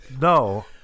No